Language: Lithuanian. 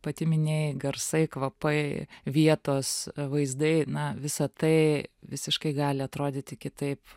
pati minėjai garsai kvapai vietos vaizdai na visa tai visiškai gali atrodyti kitaip